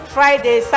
Friday